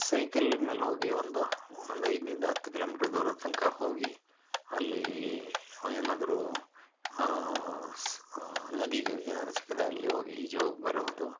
cycle ಮೇಲೆ ಹೋಗಿ ಒಂದು ಒಂದು ಐದರಿಂದ ಹತ್ತು ಕಿಲೋಮೀಟರ್ ದೂರದ ತನಕ ಹೋಗಿ ಅಲ್ಲಿ ಏನಾದ್ರೂ ಸ್ ನದಿಗೆ ಏನಾದರೂ ಸಿಕ್ಕರೆ ಅಲ್ಲಿ ಹೋಗಿ ಈಜೊ ಬರೋದು